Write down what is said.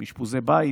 אשפוזי בית,